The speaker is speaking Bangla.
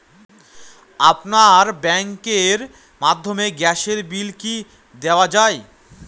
আপনার ব্যাংকের মাধ্যমে গ্যাসের বিল কি দেওয়া য়ায়?